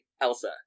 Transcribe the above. Elsa